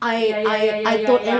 ya ya ya ya ya